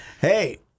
Hey